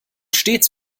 stets